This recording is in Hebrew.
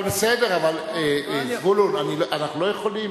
אבל בסדר, זבולון, אנחנו לא יכולים